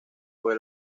fue